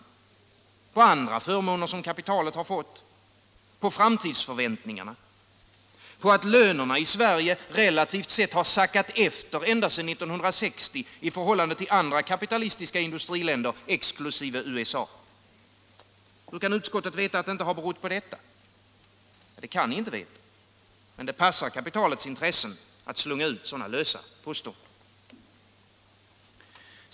Det kan ha berott på andra förmåner som kapitalet har fått, på framtidsförväntningarna, på att lönerna i Sverige relativt sett har sackat efter ända sedan 1960 i förhållande till andra kapitalistiska industriländers exkl. USA:s. ic Hur kan utskottet veta att det inte berott på detta? Det kan det inte veta. Men det passar kapitalets intressen att slunga ut sådana lösa påståenden.